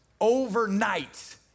Overnight